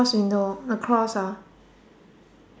cross window the cross ah